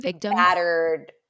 battered